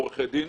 עורכי דין,